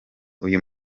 uyu